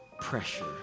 pressure